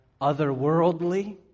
otherworldly